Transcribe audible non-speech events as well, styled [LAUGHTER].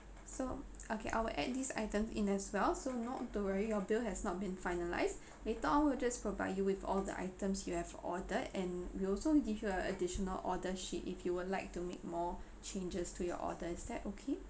so okay I will add these items in as well so not to worry your bill has not been finalised [BREATH] later on we'll just provide you with all the items you have ordered and we also give you a additional order sheet if you would like to make more changes to your order is that okay